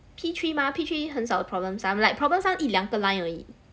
P three mah P three 很少 problems sum like problem sum 一两个 line 而已